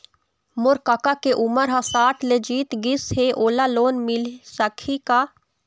मोर कका के उमर ह साठ ले जीत गिस हे, ओला लोन मिल सकही का?